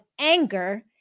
anger